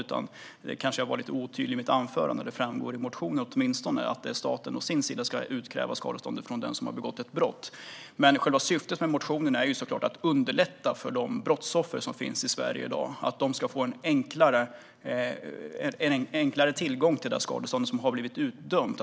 Jag kanske var lite otydlig i mitt anförande; det framgår i motionen att staten i sin tur ska utkräva skadeståndet från den som har begått brottet. Men själva syftet med motionen är såklart att underlätta för de brottsoffer som finns i Sverige i dag så att de lättare ska få tillgång till det skadestånd som har blivit utdömt.